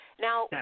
Now